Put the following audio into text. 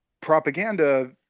propaganda